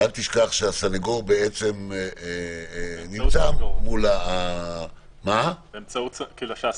ואל תשכח שהסנגור נמצא מול --- באמצעות הסנגור.